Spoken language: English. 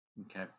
Okay